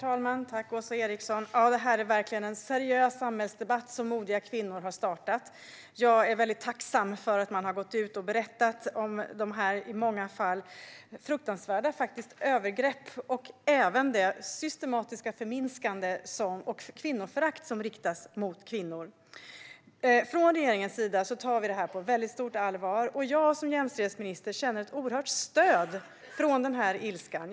Herr talman! Det här är verkligen en seriös samhällsdebatt som modiga kvinnor har startat. Jag är tacksam för att man har gått ut och berättat om i många fall fruktansvärda övergrepp och systematiskt förminskande av kvinnor samt förakt som riktas mot kvinnor. Från regeringens sida tar vi detta på mycket stort allvar. Jag som jämställdhetsminister känner ett oerhört stöd från den ilskan.